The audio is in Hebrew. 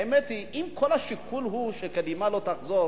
האמת היא שאם כל השיקול הוא שקדימה לא תחזור,